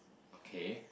okay